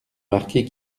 marquis